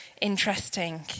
interesting